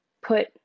put